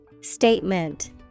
Statement